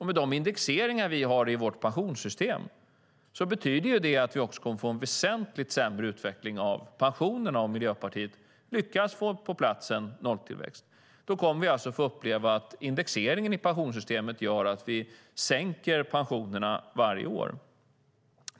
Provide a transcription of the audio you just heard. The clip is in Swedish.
Med de indexeringar som vi har i vårt pensionssystem betyder det att vi också kommer att få en väsentligt sämre utveckling av pensionerna om Miljöpartiet lyckas få en nolltillväxt på plats. Då kommer vi alltså att få uppleva att indexeringen i pensionssystemet gör att vi sänker pensionerna varje år.